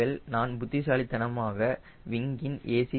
நீங்கள் நான் புத்திசாலித்தனமாக விங்க் இன் a